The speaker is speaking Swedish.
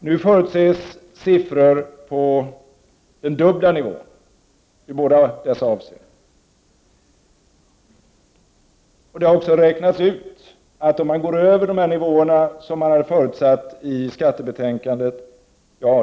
Nu förutses siffror på den dubbla nivån i båda dessa avseenden. Det har också räknats ut att det blir en negativ avkastning om man går över de nivåer som har förutsatts i skattebetänkandet.